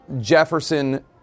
Jefferson